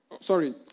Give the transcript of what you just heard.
sorry